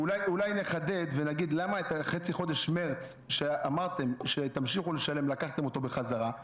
אולי נחדד ונגיד למה את חצי חודש מרץ שאמרתם שתמשיכו לשלם לקחתם בחזרה.